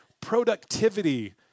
productivity